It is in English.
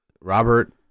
Robert